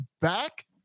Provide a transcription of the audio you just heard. back